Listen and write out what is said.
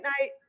Night